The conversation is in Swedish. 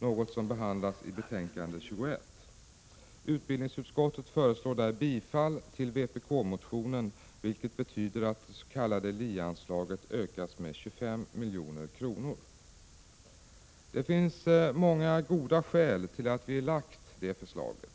något som behandlas i betänkande 21. Utbildningsutskottet föreslår där bifall till vpk-motionen, vilket betyder att det s.k. LIE-anslaget ökas med 25 milj.kr. Det finns många goda skäl till att vi har lagt fram det förslaget.